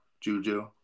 Juju